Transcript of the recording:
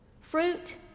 fruit